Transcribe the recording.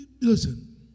Listen